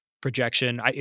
projection